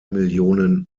millionen